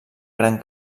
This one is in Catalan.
gran